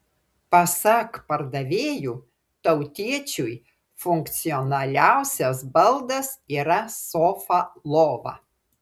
pasak pardavėjų tautiečiui funkcionaliausias baldas yra sofa lova